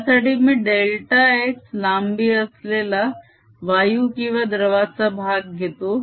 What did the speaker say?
यासाठी मी delta x लांबी असलेला वायू किंवा द्रवाचा भाग घेतो